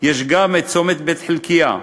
גם את צומת בית-חלקיה.